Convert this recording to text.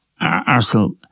Arsenal